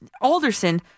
Alderson